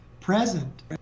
present